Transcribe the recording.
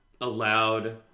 allowed